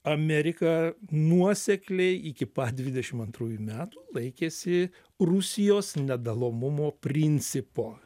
amerika nuosekliai iki pat dvidešim antrųjų metų laikėsi rusijos nedalomumo principo